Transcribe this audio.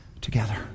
together